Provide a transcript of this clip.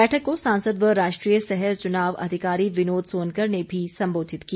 बैठक को सांसद व राष्ट्रीय सह चुनाव अधिकारी विनोद सोनकर ने भी संबोधित किया